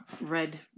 red